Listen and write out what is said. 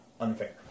unfair